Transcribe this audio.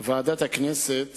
ועדת הכנסת